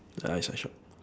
the eyes are sharp